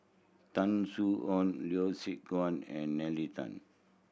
Tan Soo Khoon Yeo Siak Goon and Nalla Tan